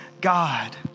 God